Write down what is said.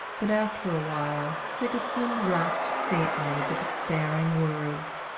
but after a while sigismund rapped faintly the despairing words